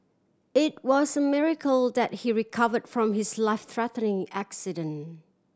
it was a miracle that he recovered from his life threatening accident